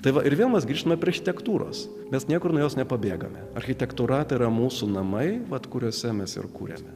taip ir vėl mes grįžtame prie architektūros mes niekur nuo jos nepabėgame architektūra tėra mūsų namai vat kuriuose mes ir kuriame